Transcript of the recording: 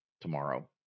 tomorrow